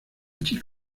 chica